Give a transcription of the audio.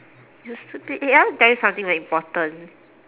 you stupid eh I want to tell you something very important